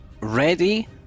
ready